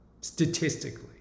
Statistically